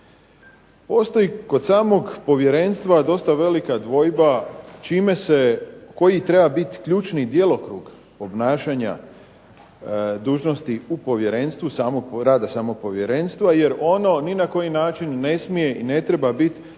Postoji kod samog Povjerenstva dosta velika dvojba čime se, koji treba biti ključni djelokrug obnašanja dužnosti u Povjerenstvu, rada samog Povjerenstva jer ono ni na koji način ne smije i ne treba biti